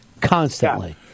constantly